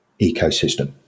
ecosystem